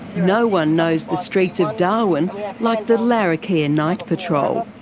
no one knows the streets of darwin like the larrakia night patrol.